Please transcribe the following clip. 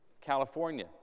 California